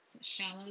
shallow